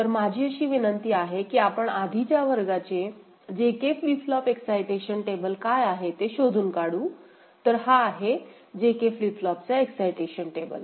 तर माझी अशी विनंती आहे की आपण आधीच्या वर्गाचे J K flip flop excitation table काय आहे ते शोधून काढू तर हा आहे J K फ्लिप फ्लॉपचा एक्साईटेशन टेबल